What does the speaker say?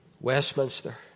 Westminster